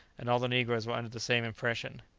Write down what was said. and all the negroes were under the same impression.